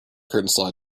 curtain